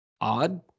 odd